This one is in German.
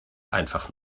einfach